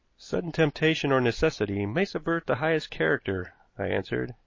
sudden temptation or necessity may subvert the highest character, i answered.